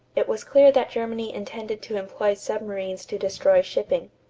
it was clear that germany intended to employ submarines to destroy shipping.